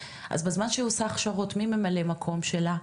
אז בזמן שהיא עושה הכשרות מי ממלא מקום שלה?